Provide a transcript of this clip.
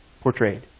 portrayed